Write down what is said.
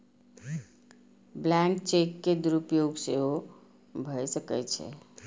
blank cheque के दुरुपयोग सेहो भए सकै छै